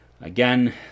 Again